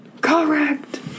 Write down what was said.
Correct